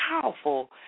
powerful